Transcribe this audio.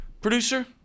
producer